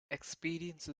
experience